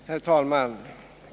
Herr talman!